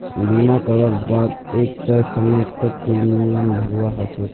बीमा करवार बा द एक तय समय तक प्रीमियम भरवा ह छेक